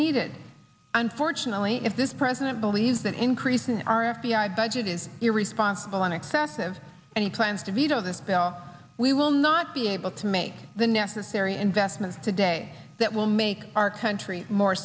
needed unfortunately if this president believes that increase in our f b i budget is you responsible in excess of any plans to veto this bill we will not be able to make the necessary investments today that will make our country more